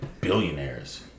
billionaires